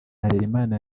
harerimana